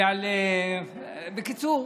בקיצור,